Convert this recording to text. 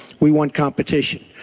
we want competition.